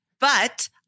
But-